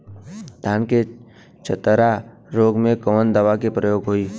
धान के चतरा रोग में कवन दवा के प्रयोग होई?